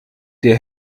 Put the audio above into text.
der